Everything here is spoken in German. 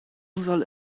soll